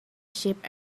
sheep